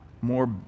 more